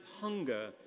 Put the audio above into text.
hunger